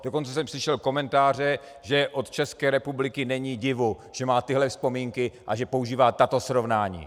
Dokonce jsem slyšel komentáře, že od České republiky není divu, že má tyhle vzpomínky a že používá tato srovnání.